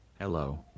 Hello